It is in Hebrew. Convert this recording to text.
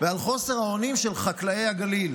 ועל חוסר האונים של חקלאי הגליל: